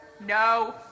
No